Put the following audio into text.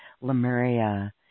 Lemuria